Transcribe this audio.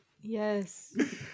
Yes